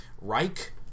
Reich